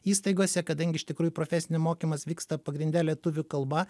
įstaigose kadangi iš tikrųjų profesinis mokymas vyksta pagrinde lietuvių kalba